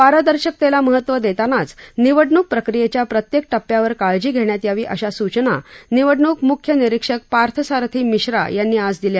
पारदर्शकतेला महत्व देतानाच निवडणुक प्रक्रियेच्या प्रत्येक टप्प्यावर काळजी घेण्यात यावी अशा सुचना निवडणुक मुख्य निरिक्षक पार्थ सारथी मिश्रा यांनी आज दिल्या